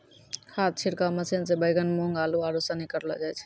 खाद छिड़काव मशीन से बैगन, मूँग, आलू, आरू सनी करलो जाय छै